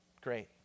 great